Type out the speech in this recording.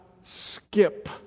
skip